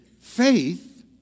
faith